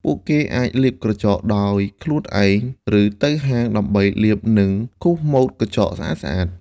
ពួកគេអាចលាបក្រចកដោយខ្លួនឯង ឬទៅហាងដើម្បីលាបនិងគូរម៉ូតក្រចកស្អាតៗ។